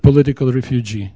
political refugee